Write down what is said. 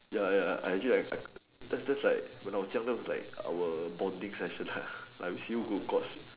ya ya I actually expect that's like when I was young time that was like our bonding session like see who caught